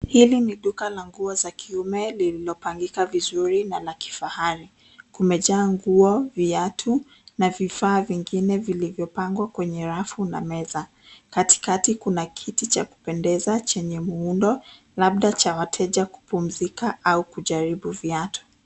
Hili ni duka la nguo za kiume lililopangika vizuri na la kifahari. Kumejaa nguo, viatu na vifaa vingine vilivyopangwa kwenye rafu na meza. Katikati kuna kiti cha kupendeza chenye muundo labda cha wateja kupumzika au kujaribu viatu.